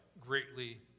greatly